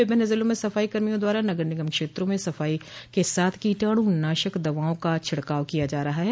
विभिन्न जिलों में सफाई कर्मियों द्वारा नगर निगम क्षेत्रों में साफ सफाई के साथ कीटाणुनाशक दवाओं का छिड़काव किया जा रहा है